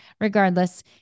regardless